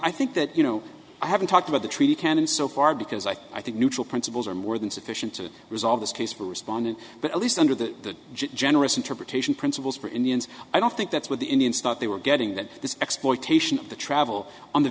i think that you know i haven't talked about the treaty cannon so far because i think neutral principles are more than sufficient to resolve this case for respondent but at least under the generous interpretation principles for indians i i think that's what the indians thought they were getting that this exploitation of the travel on the